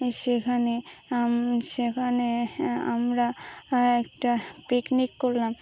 সেখানে সেখানে আমরা একটা পিকনিক করলাম